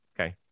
Okay